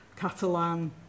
Catalan